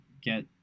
get